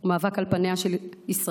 הוא מאבק על פניה של ישראל.